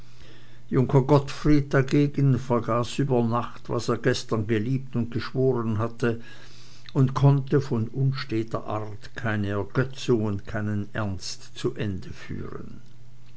junker gottfried dagegen vergaß über nacht was er gestern geliebt oder geschworen hatte und konnte von unsteter art keine ergötzung und keinen ernst zu ende führen